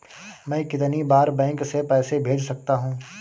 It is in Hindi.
मैं कितनी बार बैंक से पैसे भेज सकता हूँ?